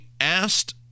asked